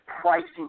pricing